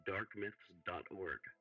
Darkmyths.org